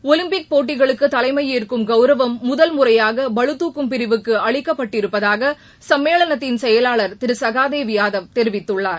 Olympic போட்டிகளுக்கு தலைமை ஏற்கும் கௌரவம் முதல் முறையாக பளுதூக்கும் பிரிவுக்கு அளிக்கப்பட்டிருப்பதாக சம்மேளனத்தின் செயலாளர் திரு சகாதேவ் யாதவ் தெரிவித்துள்ளார்